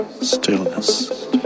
stillness